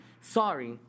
sorry